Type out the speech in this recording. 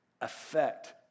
affect